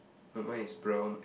no my is brown